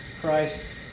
Christ